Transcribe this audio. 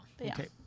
Okay